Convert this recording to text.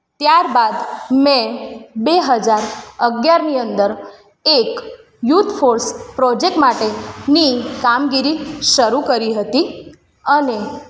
ત્યારબાદ મેં બે હજાર અગિયારની અંદર એક યુથ ફોર્સ પ્રોજેક્ટ માટેની કામગીરી શરુ કરી હતી અને